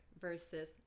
versus